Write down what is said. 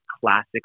classic